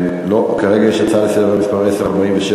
כרגע יש הצעה לסדר מס' 1047,